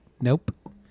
nope